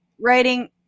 writing